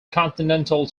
continental